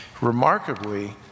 remarkably